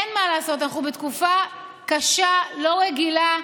אין מה לעשות, אנחנו בתקופה קשה, לא רגילה.